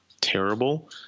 terrible